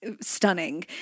stunning